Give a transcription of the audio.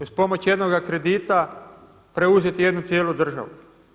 Uz pomoć jednog kredita preuzeti jednu cijelu državu?